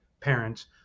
parents